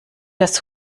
das